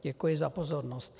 Děkuji za pozornost.